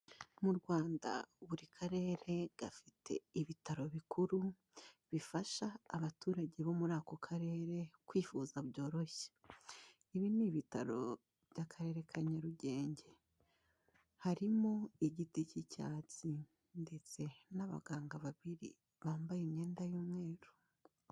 Mu Rwanda buri karere gafite ibitaro bikuru bifasha abaturage bo muri ako karere kwivuza byoroshye. Ibi ni ibitaro by'akarere ka Nyarugenge. Harimo igiti k'icyatsi ndetse n'abaganga babiri bambaye imyenda y'umweru.